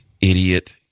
idiot